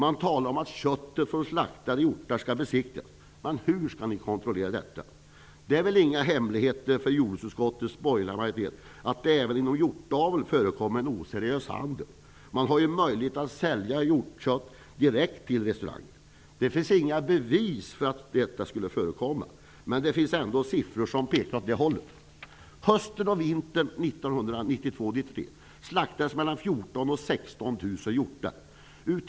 Det står också att köttet från slaktade hjortar skall besiktigas. Men hur skall ni kontrollera detta? Det är väl ingen hemlighet för jordbruksutskottets borgerliga majoritet att det även inom hjortaveln förekommer oseriös handel? Det finns ju möjlighet att sälja hjortkött direkt till restauranger. Det finns inga bevis för att detta skulle förekomma, men det finns siffror som pekar åt det hållet. 14 000 och 16 000 hjortar.